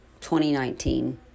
2019